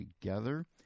Together